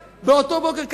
באותו בוקר ארבע החלטות.